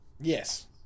Yes